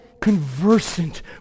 conversant